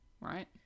right